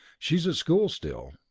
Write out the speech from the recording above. she's at school still.